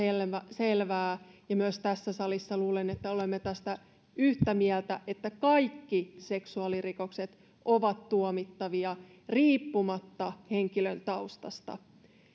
selvää ja myös tässä salissa olemme tästä yhtä mieltä että kaikki seksuaalirikokset ovat tuomittavia riippumatta henkilön taustasta